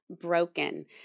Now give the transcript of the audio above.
Broken